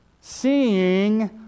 seeing